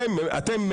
אתם,